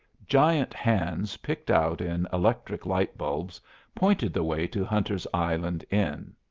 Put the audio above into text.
giant hands picked out in electric-light bulbs pointed the way to hunter's island inn.